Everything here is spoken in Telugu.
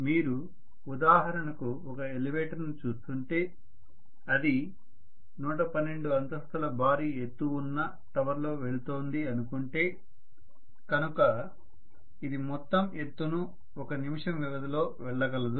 మీరు ఉదాహరణకు ఒక ఎలివేటర్ను చూస్తుంటే అది 112 అంతస్తుల భారీ ఎత్తు ఉన్న టవర్లో వెళుతోంది అనుకుంటే కనుక ఇది మొత్తం ఎత్తును ఒక నిమిషం వ్యవధిలో వెళ్ళగలదు